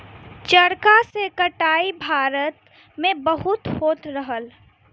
चरखा से कटाई भारत में बहुत होत रहल